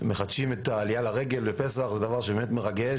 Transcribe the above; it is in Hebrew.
מחדשים את העלייה לרגל בפסח, זה דבר מרגש.